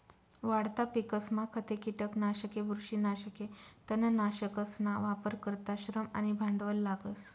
वाढता पिकसमा खते, किटकनाशके, बुरशीनाशके, तणनाशकसना वापर करता श्रम आणि भांडवल लागस